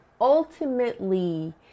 ultimately